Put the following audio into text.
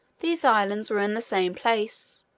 these islands were in the same place,